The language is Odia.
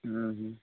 ହଁ ହୁଁ